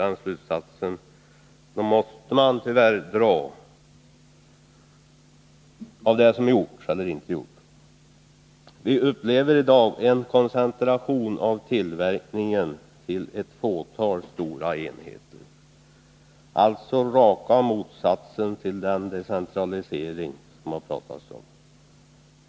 Den slutsatsen måste man tyvärr dra av vad som gjorts eller — rättare sagt — inte gjorts. Vi upplever i dag en koncentration av tillverkningen till ett fåtal stora enheter, alltså raka motsatsen till den decentralisering man talat om.